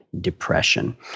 depression